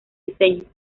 diseño